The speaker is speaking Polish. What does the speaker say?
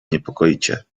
niepokoicie